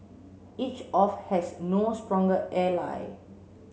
each of has no stronger ally